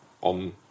on